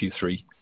Q3